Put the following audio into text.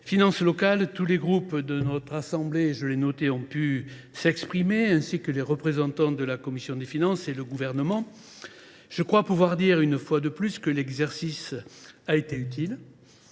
finances locales. Tous les groupes de notre assemblée ont pu s’exprimer, ainsi que les représentants de la commission des finances et le Gouvernement. Je crois pouvoir dire, une fois de plus, que l’exercice a été utile,